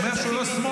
הוא אומר שהם לא שמאל,